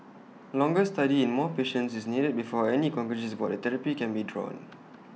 longer study in more patients is needed before any conclusions about the therapy can be drawn